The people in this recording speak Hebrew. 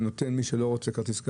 מי שלא רוצה כרטיס אשראי,